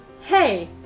hey